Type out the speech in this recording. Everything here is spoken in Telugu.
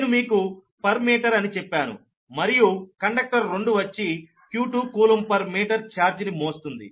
నేను మీకు పర్ మీటర్ అని చెప్పాను మరియు కండక్టర్ రెండు వచ్చి q2 coulomb per metre charge ని మోస్తుంది